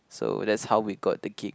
so that's how we got the gig